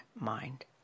mind